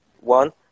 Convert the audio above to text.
one